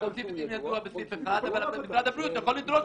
תוסיף את "אם ידוע" בסעיף 1 אבל משרד הבריאות יכול לדרוש.